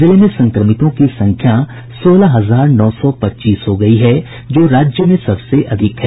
जिले में संक्रमितों की संख्या सोलह हजार नौ सौ पच्चीस हो गयी है जो राज्य में सबसे अधिक है